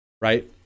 right